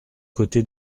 côté